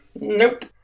Nope